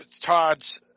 Todd's